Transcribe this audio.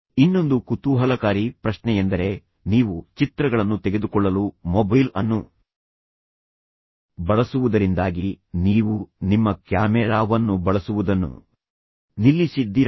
ಇನ್ನೊಂದು ಕುತೂಹಲಕಾರಿ ಪ್ರಶ್ನೆಯೆಂದರೆ ನೀವು ಚಿತ್ರಗಳನ್ನು ತೆಗೆದುಕೊಳ್ಳಲು ಮೊಬೈಲ್ ಅನ್ನು ಬಳಸುವುದರಿಂದಾಗಿ ನೀವು ನಿಮ್ಮ ಕ್ಯಾಮೆರಾವನ್ನು ಬಳಸುವುದನ್ನು ನಿಲ್ಲಿಸಿದ್ದೀರಾ